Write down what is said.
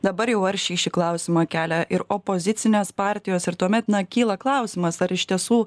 dabar jau aršiai šį klausimą kelia ir opozicinės partijos ir tuomet na kyla klausimas ar iš tiesų